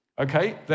Okay